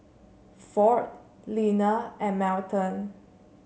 Ford Leaner and Melton